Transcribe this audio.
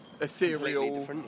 Ethereal